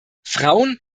frauen